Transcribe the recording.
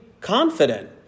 confident